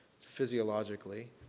physiologically